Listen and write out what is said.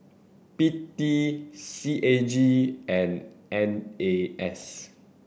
P T C A G and N A S